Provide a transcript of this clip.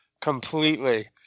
completely